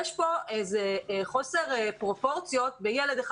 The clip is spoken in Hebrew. יש פה איזה חוסר פרופורציות בין מצב שבו ילד אחד